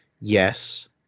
yes